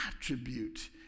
attribute